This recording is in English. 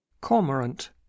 Cormorant